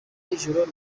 y’ijoro